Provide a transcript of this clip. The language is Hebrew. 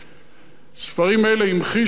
ספרים אלו המחישו עבורו,